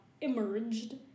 emerged